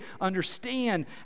understand